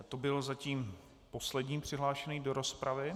To byl zatím poslední přihlášený do rozpravy.